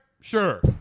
Sure